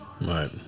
Right